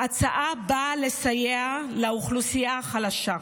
ההצעה באה לסייע לאוכלוסייה החלשה.